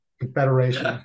Confederation